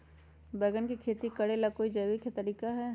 बैंगन के खेती भी करे ला का कोई जैविक तरीका है?